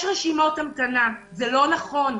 יש רשימות המתנה, זה לא נכון,